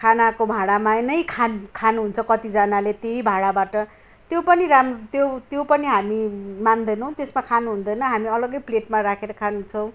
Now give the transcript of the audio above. खानाको भाँडामा नै खा खानुहुन्छ कतिजनाले त्यही भाँडाबाट त्यो पनि राम्रो त्यो त्यो पनि हामी मान्दैनौँ त्यसमा खानु हुँदैन हामी अलग्गै प्लेटमा राखेर खान्छौँ